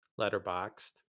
letterboxed